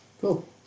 Cool